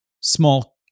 small